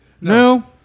No